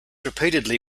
repeatedly